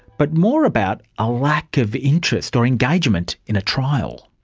but more about a lack of interest or engagement in a trial.